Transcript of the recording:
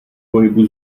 pohybu